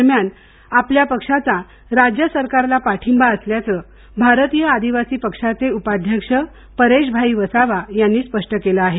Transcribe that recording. दरम्यान आपल्या पक्षाचा राज्य सरकारला पाठींबा असल्याचं भारतीय आदिवासी पक्षाचे उपाध्यक्ष परेश भाई वसावा यांनी स्पष्ट केलं आहे